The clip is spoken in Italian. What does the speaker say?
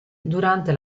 durante